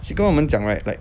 she 跟我们讲 right like